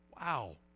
Wow